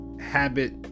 habit